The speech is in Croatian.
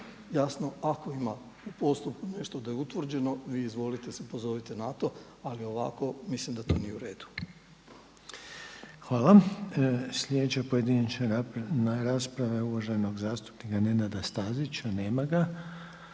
jasno ako ima u postupku nešto da je utvrđeno vi izvolite se pozovite na to, ali ovako mislim da to nije uredu. **Reiner, Željko (HDZ)** Hvala. Sljedeća pojedinačna rasprava je uvaženog zastupnika Nenada Stazića. Nema ga,